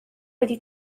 wedi